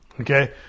Okay